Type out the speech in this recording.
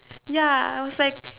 ya I was like